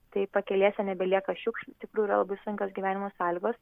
tai pakelėse nebelieka šiukšlių iš tikrųjų yra labai sunkios gyvenimo sąlygos